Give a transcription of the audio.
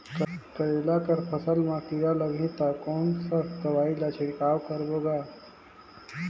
करेला कर फसल मा कीरा लगही ता कौन सा दवाई ला छिड़काव करबो गा?